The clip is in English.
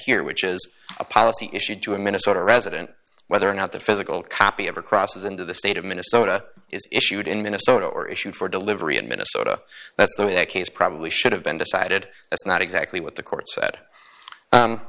here which is a policy issued to a minnesota resident whether or not the physical copy of a crosses into the state of minnesota is issued in minnesota or issued for delivery in minnesota that's the way that case probably should have been decided that's not exactly what the court said